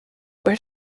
where